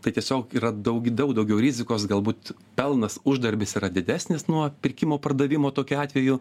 tai tiesiog yra daug daug daugiau rizikos galbūt pelnas uždarbis yra didesnis nuo pirkimo pardavimo tokiu atveju